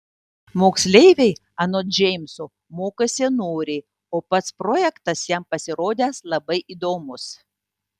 moksleiviai anot džeimso mokosi noriai o pats projektas jam pasirodęs labai įdomus